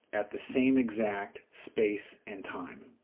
at the same exact space and time,